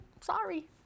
sorry